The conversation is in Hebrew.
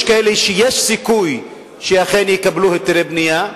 יש כאלה שיש סיכוי שאכן יקבלו היתרי בנייה.